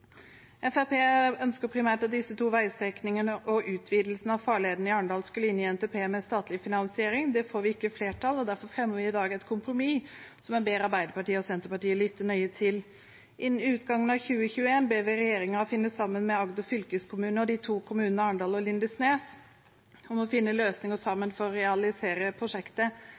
disse to veistrekningene og utvidelsen av farleden i Arendal skulle inn i NTP-en med statlig finansiering. Det får ikke flertall, og derfor fremmer vi i dag et kompromiss som vi ber Arbeiderpartiet og Senterpartiet lytte nøye til. Innen utgangen av 2021 ber vi regjeringen sammen med Agder fylkeskommune og de to kommunene Arendal og Lindesnes om å finne løsninger for å realisere prosjektet.